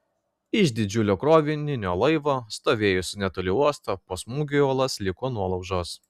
iš didžiulio krovininio laivo stovėjusio netoli uosto po smūgio į uolas liko nuolaužos